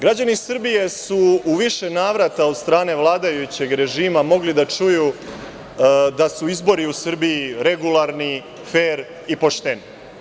Građani Srbije su u više navrata od strane vladajućeg režima mogli da čuju da su izbori u Srbiji regularni, fer i pošteni.